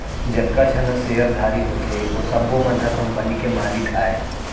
जतका झन ह सेयरधारी होथे ओ सब्बो मन ह कंपनी के मालिक अय